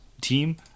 team